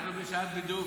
אנחנו בשעת בידור.